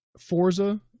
Forza